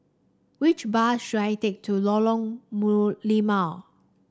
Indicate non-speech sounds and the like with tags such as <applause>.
which bus should I take to Lorong <unintelligible> Limau